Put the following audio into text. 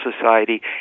Society